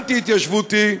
אנטי-התיישבותי,